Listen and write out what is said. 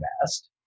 best